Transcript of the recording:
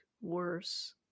worse